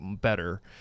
better